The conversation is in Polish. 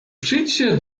przyjdźcie